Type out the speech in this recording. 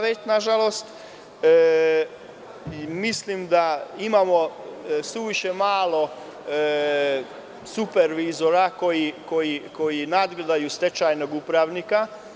Mislim da imamo suviše malo supervizora koji nadgledaju stečajnog upravnika.